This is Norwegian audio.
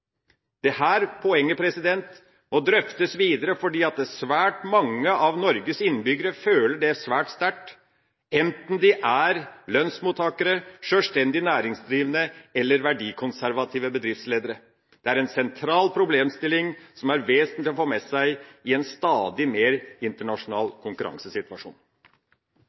poenget må drøftes videre, for svært mange av Norges innbyggere føler det svært sterkt, enten de er lønnsmottakere, sjølstendig næringsdrivende eller verdikonservative bedriftsledere. Det er en sentral problemstilling, som er vesentlig å få med seg i en stadig mer internasjonal konkurransesituasjon.